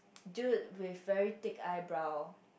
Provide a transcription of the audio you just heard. dude with very thick eyebrow